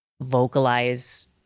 vocalize